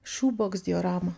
šūboks dioramą